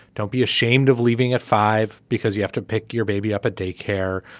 don't be ashamed of leaving at five because you have to pick your baby up at daycare.